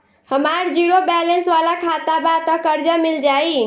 हमार zero balance वाला खाता बा त कर्जा मिल जायी?